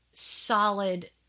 solid